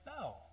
No